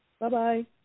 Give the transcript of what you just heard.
Bye-bye